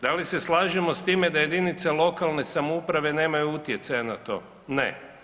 Da li se slažemo s time da jedinice lokalne samouprave nemaju uprave na to, ne.